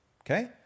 Okay